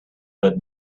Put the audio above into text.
but